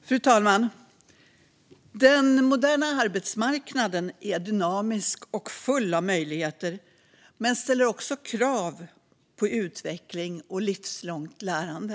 Fru talman! Den moderna arbetsmarknaden är dynamisk och full av möjligheter, men den ställer också krav på utveckling och livslångt lärande.